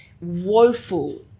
woeful